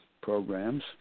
programs